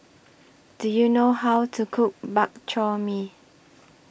Do YOU know How to Cook Bak Chor Mee